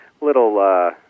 little